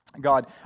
God